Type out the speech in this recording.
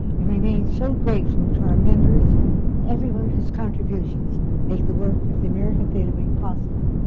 and remain so grateful to our members and everyone whose contributions make the work at the american theater wing possible.